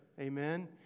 Amen